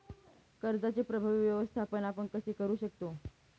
कर्जाचे प्रभावी व्यवस्थापन आपण कसे करु शकतो?